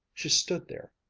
she stood there,